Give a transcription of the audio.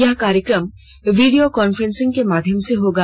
यह कार्यक्रम video conference के माध्यम से होगा